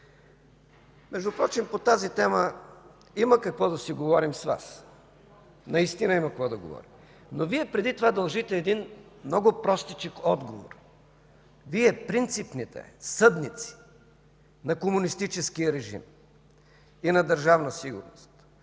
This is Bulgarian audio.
Междувпрочем по тази тема има какво да си говорим с Вас. Наистина има какво да говорим, но Вие преди това дължите един много простичък отговор. Вие – принципните, съдниците на комунистическия режим и на Държавна сигурност,